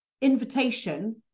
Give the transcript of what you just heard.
invitation